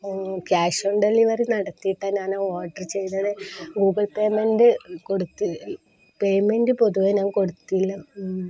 cash on delivery നടത്തിയിട്ടാണു ഞാന് order ചെയ്തത് ഗൂഗിൾ പേയ്മെന്റ് കൊടുത്തു പേയ്മെന്റ് പൊതുവേ ഞാൻ കൊടുത്തില്ല